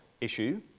issue